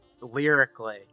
lyrically